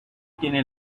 tiene